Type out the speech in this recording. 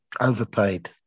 Overpaid